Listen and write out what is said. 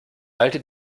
alte